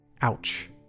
Ouch